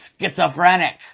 schizophrenic